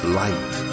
light